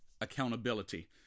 accountability